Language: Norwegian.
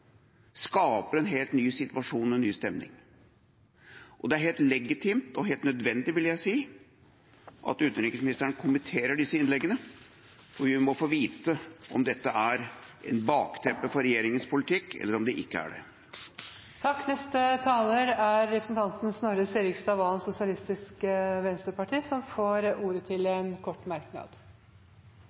skaper en helt ny situasjon og en ny stemning. Det er helt legitimt og helt nødvendig, vil jeg si, at utenriksministeren kommenterer disse innleggene, for vi må få vite om dette er bakteppe for regjeringas politikk, eller om det ikke er det. Representanten Snorre Serigstad Valen har hatt ordet to ganger tidligere og får ordet til en kort merknad,